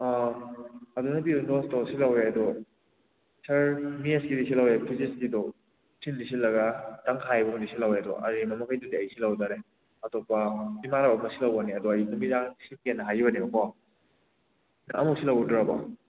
ꯑꯥ ꯑꯗꯨꯅ ꯄꯤꯕ ꯅꯣꯠꯁ ꯇꯣ ꯁꯤꯜꯍꯧꯋꯦ ꯑꯗꯣ ꯁꯥꯔ ꯃꯦꯠꯁꯀꯤꯗꯤ ꯁꯤꯜꯍꯧꯋꯦ ꯐꯤꯖꯤꯛꯁꯀꯤꯗꯣ ꯁꯤꯜꯗꯤ ꯁꯤꯜꯂꯒ ꯇꯪꯈꯥꯏ ꯒꯨꯝꯕꯗꯤ ꯁꯤꯜꯍꯧꯋꯦ ꯑꯗꯣ ꯑꯔꯦꯝꯕ ꯃꯈꯩꯗꯤ ꯑꯩ ꯁꯤꯜꯍꯧꯗꯔꯦ ꯑꯇꯣꯞꯄ ꯏꯃꯥꯟꯅꯕ ꯈꯔ ꯁꯤꯜꯍꯧꯕꯅꯦ ꯑꯗꯣ ꯑꯩ ꯅꯨꯃꯤꯗꯥꯡ ꯁꯤꯜꯒꯦꯅ ꯍꯥꯏꯈꯤꯕꯅꯦꯀꯣ ꯑꯝꯕꯨꯛ ꯁꯤꯜꯍꯧꯗ꯭ꯔꯕꯣ